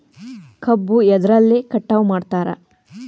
ಕಬ್ಬು ಎದ್ರಲೆ ಕಟಾವು ಮಾಡ್ತಾರ್?